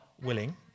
willing